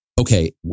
okay